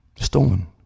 Stolen